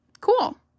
Cool